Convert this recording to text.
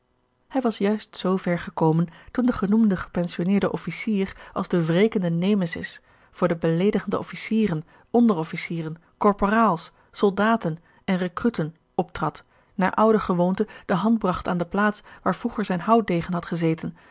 hij was juist zoo ver gekomen toen de genoemde gepensionneerde officier als de wrekende nemesis voor de beleedigde officieren onderofficieren korporaals soldaten en recruten optrad naar oude gewoonte de hand bragt aan de plaats waar vroeger zijn houwdegen had gezeten